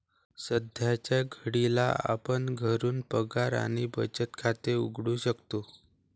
सध्याच्या घडीला आपण घरून पगार आणि बचत खाते उघडू शकतो